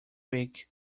week